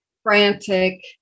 Frantic